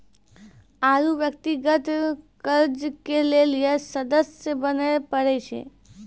आरु व्यक्तिगत कर्जा के लेली सदस्य बने परै छै